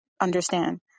understand